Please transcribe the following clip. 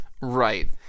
right